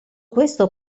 questo